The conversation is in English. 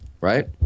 right